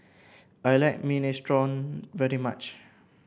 I like Minestrone very much